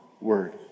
Word